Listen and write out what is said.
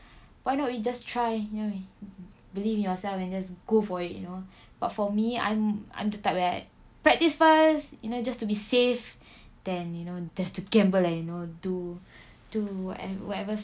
why not you just try you know believe in yourself and just go for it you know but for me I'm I'm the type where practise first you know just to be safe than you know just to gamble like you know do do whatever whatever